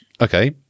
Okay